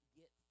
get